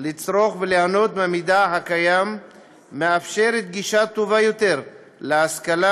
לצרוך וליהנות מהמידע הקיים מאפשרת גישה טובה יותר להשכלה,